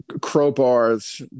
crowbars